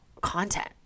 content